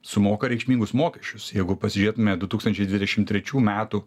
sumoka reikšmingus mokeščius jeigu pasižiūrėtume du tūkstančiai dvidešim trečių metų